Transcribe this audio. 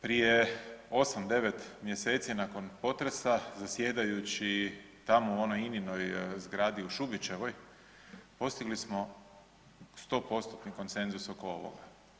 Prije 8-9 mjeseci nakon potresa zasjedajući tamo u onoj Ininoj zgradi u Šubićevoj, postigli smo 100%-tni konsenzus oko ovoga.